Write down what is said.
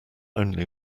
only